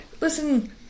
Listen